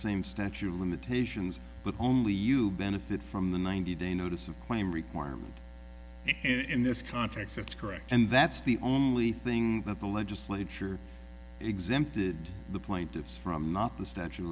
same statute of limitations but only you benefit from the ninety day a notice of claim requirement in this contract that's correct and that's the only thing that the legislature exempted the plaintiffs from not the statue of